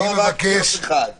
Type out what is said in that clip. לא רצחתי אף אחד.